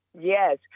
Yes